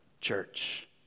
church